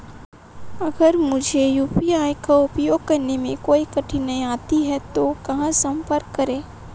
अगर मुझे यू.पी.आई का उपयोग करने में कोई कठिनाई आती है तो कहां संपर्क करें?